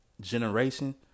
generation